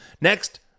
Next